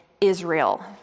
Israel